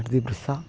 Maruti ബ്രിസ